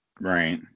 Right